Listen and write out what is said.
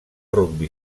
rugbi